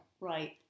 right